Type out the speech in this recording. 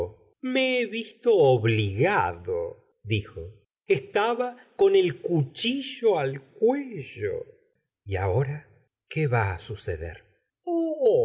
ie he visto obligado dijo estaba con el cuchillo al cuello y ahora qué va á suceder